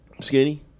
skinny